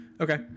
Okay